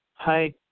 Hi